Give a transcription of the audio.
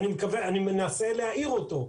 ואני מנסה להעיר אותו.